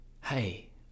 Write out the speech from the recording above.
hey